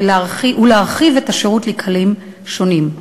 ולהרחיב את השירות לקהלים שונים.